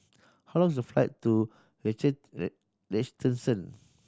how long is the flight to Liechtenstein